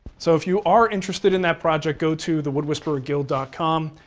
so if you are interested in that project, go to thewoodwhispererguild ah com,